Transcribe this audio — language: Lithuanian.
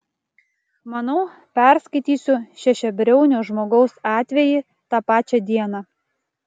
manau perskaitysiu šešiabriaunio žmogaus atvejį tą pačią dieną